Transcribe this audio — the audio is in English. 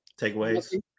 Takeaways